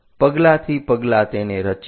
પગલાંથી પગલાં તેને રચીએ